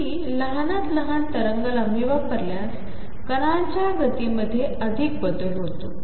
मीलहानातलहानतरंगलांबीवापरल्यासकणांच्यागतीमध्येअधिकबदलहोतो